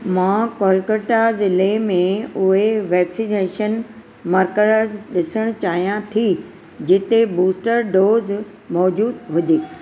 मां कोलकाता जिले में उहे वैक्सीनेशन मर्कज़ ॾिसणु चाहियां थी जिते बूस्टर डोज़ मौजूदु हुजे